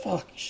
Fuck